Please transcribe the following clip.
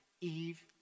Eve